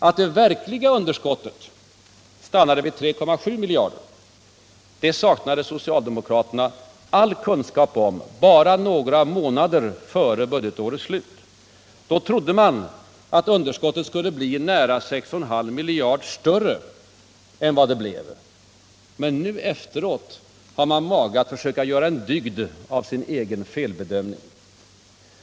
Att det verkliga underskottet skulle stanna vid 3,7 miljarder, det saknade socialdemokraterna all kunskap om bara några månader före budgetårets slut. Då trodde de att det skulle bli nära 6,5 miljarder större än vad det blev. Men nu efteråt har de mage att försöka göra en dygd av sin egen felbedömning!